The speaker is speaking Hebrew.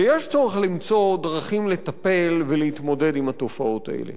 ויש צורך למצוא דרכים לטפל ולהתמודד עם התופעות האלה.